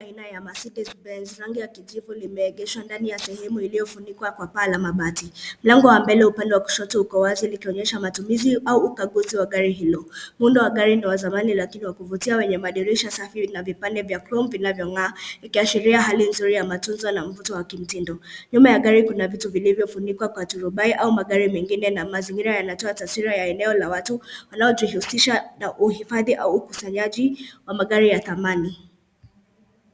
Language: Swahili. Aina ya Mercedes Benz rangi ya kijivu limeegeshwa ndani ya sehemu iliyofunikwa kwa paa la mabati. Lango wa mbele upande wa kushoto uko wazi likionyesha matumizi au ukaguzi wa gari hilo. Muundo wa gari ni wa zamani lakini ni wa kuvutia wenye madirisha safi na vipande vya chrome vinavyong'aa ikiashiria hali nzuri ya matunzo na mvuto wa kimtindo. Nyuma ya gari kuna vitu vilivyofunikwa kwa turobai au magari mengine na mazingira yanatoa taswira ya eneo la watu wanaojihusisha na uhifadhi au ukusanyaji wa magari ya dhamani.